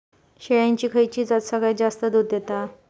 शेळ्यांची खयची जात सगळ्यात जास्त दूध देता?